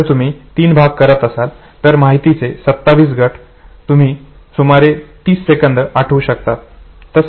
जर तुम्ही तीन भाग करत असाल तर माहितीचे सत्तावीस गट तुम्ही सुमारे तीस सेकंद आठवू शकतात